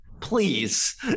Please